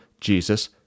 Jesus